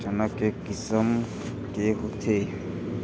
चना के किसम के होथे?